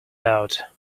out